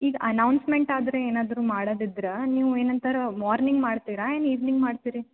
ಈಗ ಅನೌನ್ಸ್ಮೆಂಟ್ ಆದರೆ ಏನಾದರು ಮಾಡೋದಿದ್ರೆ ನೀವು ಏನಂತಾರೆ ಮಾರ್ನಿಂಗ್ ಮಾಡ್ತೀರಾ ಏನು ಈವ್ನಿಂಗ್ ಮಾಡ್ತೀರಾ